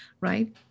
right